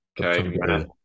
Okay